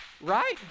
right